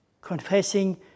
confessing